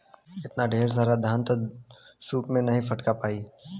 एतना ढेर सारा धान त सूप से नाहीं फटका पाई